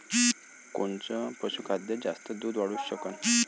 कोनचं पशुखाद्य जास्त दुध वाढवू शकन?